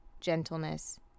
gentleness